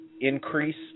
increased